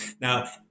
Now